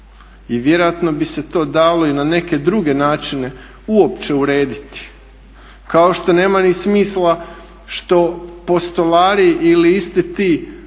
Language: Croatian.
i vjerojatno bi se to dalo i na neke druge načine uopće urediti kao što nema ni smisla što postolari ili isti ti